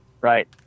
Right